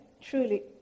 truly